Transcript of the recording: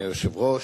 אדוני היושב-ראש,